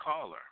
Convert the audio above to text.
caller